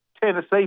Tennessee